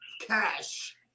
cash